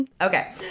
Okay